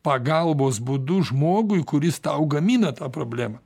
pagalbos būdu žmogui kuris tau gamina tą problemą